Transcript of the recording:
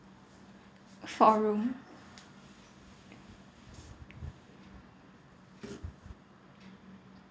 four room